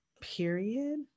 period